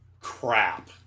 crap